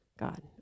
God